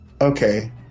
Okay